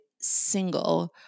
single